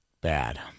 bad